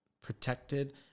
protected